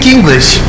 English